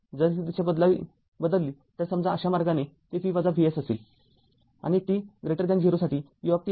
जर ही दिशा बदलली तर समजा अशा मार्गाने ते V VS असेल आणि t0 साठी u१ आहे